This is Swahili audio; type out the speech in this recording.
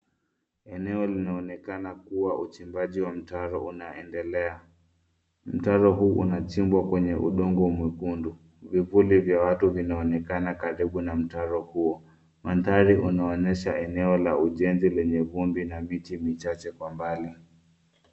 Eneo linaonekana kuwa uchimbaji wa mtaro unaendelea. Mtaro huu unachimbwa kwenye udongo mwekundu. Vipuli vya watu vinaonekana karibu na mtaro huo. Mandhari unaonyesha eneo la ujenzi lenye vumbi na miti michache kwa mbali.